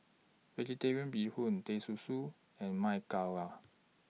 Vegetarian Bee Hoon Teh Susu and Ma Gao Are